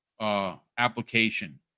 application